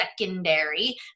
secondary